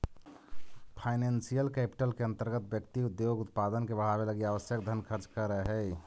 financial capital के अंतर्गत व्यक्ति उद्योग के उत्पादन के बढ़ावे लगी आवश्यक धन खर्च करऽ हई